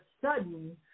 sudden